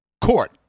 court